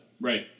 right